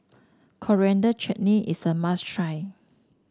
Coriander Chutney is a must try